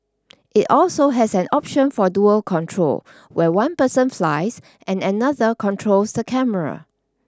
it also has an option for dual control where one person flies and another controls the camera